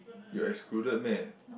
you're excluded meh